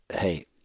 hey